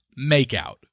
makeout